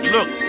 Look